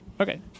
Okay